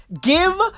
Give